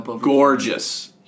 Gorgeous